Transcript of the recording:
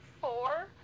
four